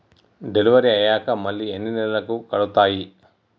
Delivery అయ్యాక మళ్ళీ ఎన్ని నెలలకి కడుతాయి?